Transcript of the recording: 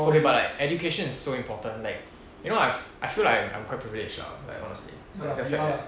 okay but like education is so important like you know like I've I feel like I'm quite privileged lah like honestly I feel that